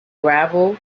gravel